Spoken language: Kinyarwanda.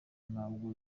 ntabwo